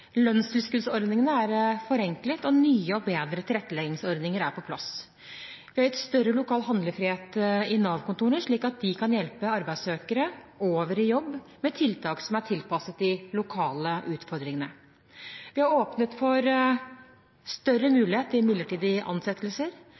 Lønnstilskuddsordningene er forenklet, og nye og bedre tilretteleggingsordninger er på plass. Vi har gitt Nav-kontorene større lokal handlefrihet, slik at de kan hjelpe arbeidssøkere over i jobb, med tiltak som er tilpasset de lokale utfordringene. Vi har åpnet for større